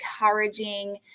encouraging